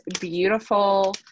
beautiful